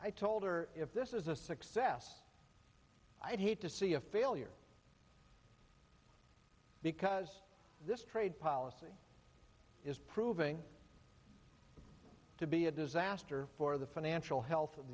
i told her if this is a success i'd hate to see a failure because this trade policy is proving to be a disaster for the financial he